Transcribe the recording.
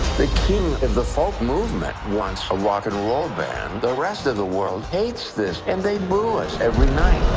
the king of the folk movement wants a rock n roll band. the rest of the world hates this, and they boo us every night.